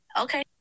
Okay